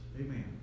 Amen